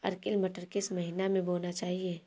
Arkel मटर किस महीना में बोना चाहिए?